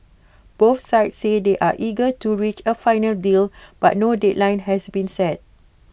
both sides say they are eager to reach A final deal but no deadline has been set